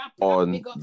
on